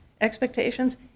expectations